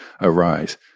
arise